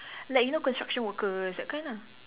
like you know construction workers that kind ah